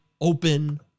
open